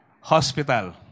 hospital